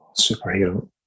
Superhero